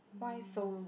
why so long